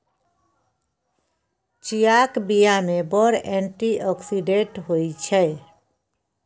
चीयाक बीया मे बड़ एंटी आक्सिडेंट होइ छै